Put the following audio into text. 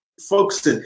Folks